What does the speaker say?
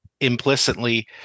implicitly